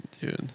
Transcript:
dude